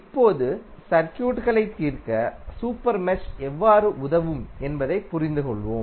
இப்போது சர்க்யூட்களைத் தீர்க்க சூப்பர் மெஷ் எவ்வாறு உதவும் என்பதைப் புரிந்துகொள்வோம்